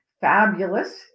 fabulous